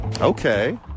Okay